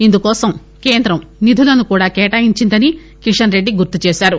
ఇందుకోసం కేంద్రం నిధులను కూడా కేటాయించిందని కిషన్ రెడ్డి గుర్తు చేశారు